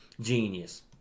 genius